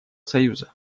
союза